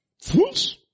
fools